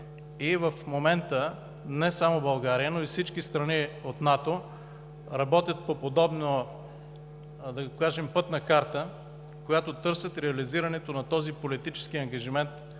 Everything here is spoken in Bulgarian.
и в момента не само България, но и всички страни от НАТО работят по подобна, да го кажем, пътна карта, по която търсят реализирането на този политически ангажимент,